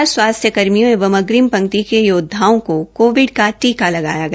र स्वास्थ्य कर्मियों एंव अग्रिम पंक्ति के योद्धाओं को कोविड का टीका लगाया गया